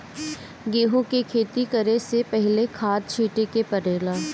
गेहू के खेती करे से पहिले खाद छिटे के परेला का?